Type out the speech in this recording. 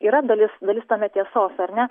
yra dalis dalis tame tiesos ar ne